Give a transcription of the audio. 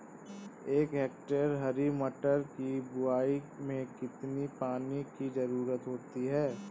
एक हेक्टेयर हरी मटर की बुवाई में कितनी पानी की ज़रुरत होती है?